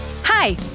Hi